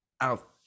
Out